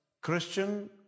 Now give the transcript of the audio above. Christian